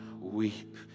weep